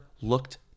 Looked